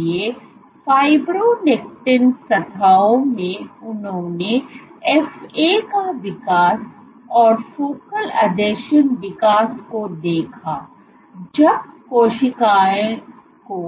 इसलिए फाइब्रोनेक्टिन सतहों में उन्होंने FA का विकास और फोकल आसंजन विकास को देखा जब कोशिकाओं को